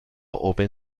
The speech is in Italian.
open